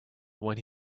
when